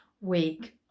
week